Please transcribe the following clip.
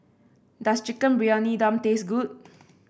does Chicken Briyani Dum taste good